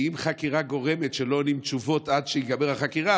כי אם חקירה גורמת לכך שלא עונים תשובות עד שתיגמר החקירה,